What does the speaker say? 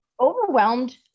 overwhelmed